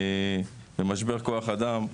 ומשבר כוח אדם,